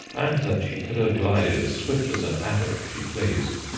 and that she could have glided as swift as an adder if she pleased.